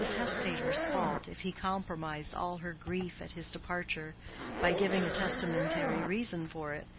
it was the testator's fault if he compromised all her grief at his departure by giving a testamentary reason for it,